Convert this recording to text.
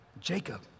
Jacob